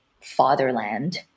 fatherland